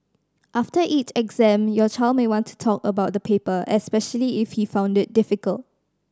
after each exam your child may want to talk about the paper especially if he found it difficult